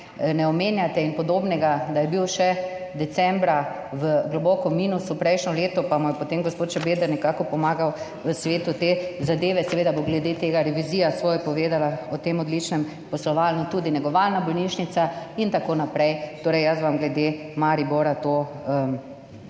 ne omenja, in podobnega, da je bil še decembra globoko v minusu, prejšnje leto pa mu je potem gospod Šabeder nekako pomagal v svetu te zadeve – seveda bo glede tega revizija svoje povedala, o tem odličnem poslovanju, tudi negovalna bolnišnica in tako naprej. Torej, jaz vam glede Maribora to obrazlagam,